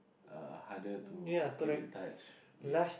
uh harder to keep in touch with